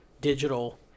digital